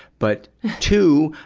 but two,